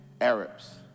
Arabs